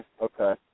Okay